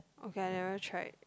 okay I never tried